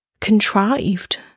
contrived